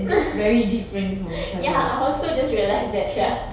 ya I also just realised that sia